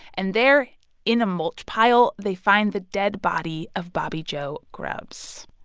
and there in a mulch pile, they find the dead body of bobby joe grubbs.